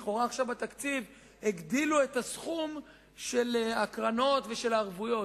לכאורה עכשיו בתקציב הגדילו את הסכום של הקרנות ושל הערבויות,